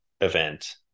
event